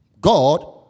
God